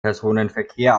personenverkehr